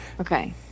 Okay